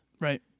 Right